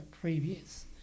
previous